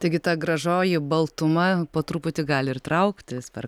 taigi ta gražoji baltuma po truputį gali ir trauktis per